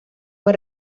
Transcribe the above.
fue